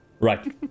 Right